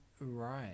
Right